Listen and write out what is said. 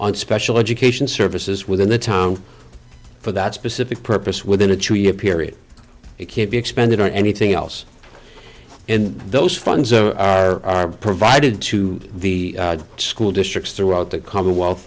on special education services within the time for that specific purpose within a two year period it can't be expended on anything else and those funds are provided to the school districts throughout the commonwealth